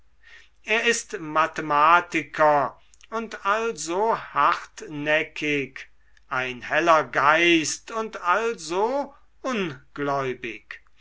er ist ein mathematiker und also hartnäckig ein heller geist und also